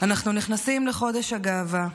אנחנו נכנסים לחודש הגאווה,